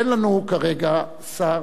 אין לנו כרגע שר